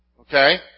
okay